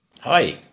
Hi